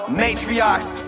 matriarchs